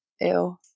Ew